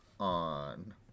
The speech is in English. On